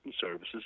services